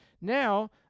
Now